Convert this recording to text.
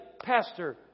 Pastor